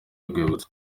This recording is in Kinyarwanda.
urwibutso